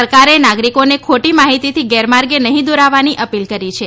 સરકારે નાગરિકોને ખોટી માહિતીથી ગેરમાર્ગે નહીં દોરાવાની અપીલ કરી છે